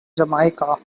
jamaica